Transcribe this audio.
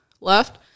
left